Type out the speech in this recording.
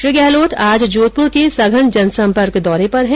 श्री गहलोत आज जोधपुर के सघन जनसंपर्क दौरे पर है